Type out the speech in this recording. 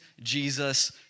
Jesus